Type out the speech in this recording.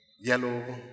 Yellow